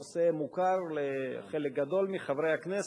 נושא מוכר לחלק גדול מחברי הכנסת.